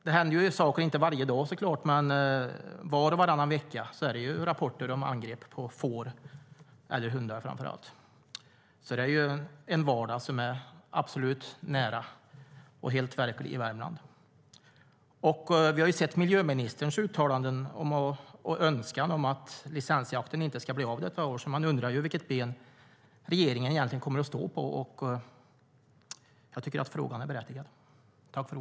Det händer såklart inte saker varje dag, men var och varannan vecka är det rapporter om angrepp på får och framför allt hundar. Det är verkligheten i vardagen i Värmland.